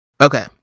Okay